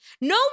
no